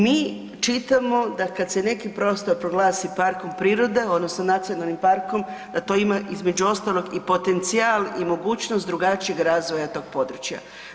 Mi čitamo da kad se neki prostor proglasi parkom prirode, odnosno nacionalnim parkom, da to ima, između ostalog i potencijal i mogućnost drugačijeg razvoja tog područja.